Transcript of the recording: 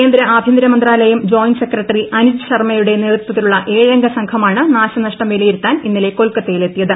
കേന്ദ്ര ആഭ്യന്തരമന്ത്രലായം joint secretary Anuj ശർമ്മയുടെ നേതൃത്വത്തിലുള്ള ഏഴംഗ സംഘമാണ് നാശനഷ്ടം ഇന്നലെ കൊൽക്കത്തയിലെത്തിയത്